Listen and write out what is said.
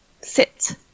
sit